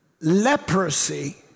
leprosy